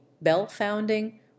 bell-founding